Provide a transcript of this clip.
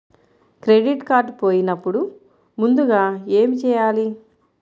Credit card పోయినపుడు ముందుగా ఏమి చేయాలి?